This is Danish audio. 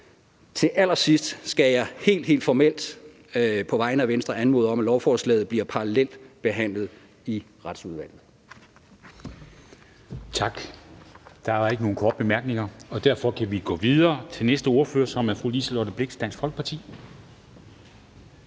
Til allersidst skal jeg helt, helt formelt på vegne af Venstre anmode om, at lovforslaget bliver parallelt behandlet i Retsudvalget.